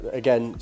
again